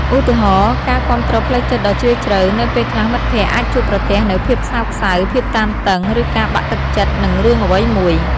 ឧទាហរណ៍ ការគាំទ្រផ្លូវចិត្តដ៏ជ្រាលជ្រៅ នៅពេលខ្លះមិត្តភក្តិអាចជួបប្រទះនូវភាពសោកសៅ ភាពតានតឹង ឬការបាក់ទឹកចិត្តនឹងរឿងអ្វីមួយ។